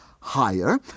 higher